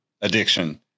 addiction